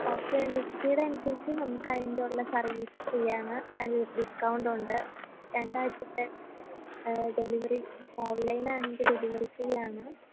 okay മിക്സിയുടെ അനുസരിച്ച് നമുക്ക് അതുകഴിഞ്ഞിട്ടുള്ള സർവീസ് ഫ്രീയാണ് അതിന് ഡിസ്കൗണ്ടുണ്ട് രണ്ടാഴ്ചത്തെ ഡെലിവറി ഇപ്പോള് ഓൺലൈനാണെങ്കില് ഡെലിവറി ഫ്രീയാണ്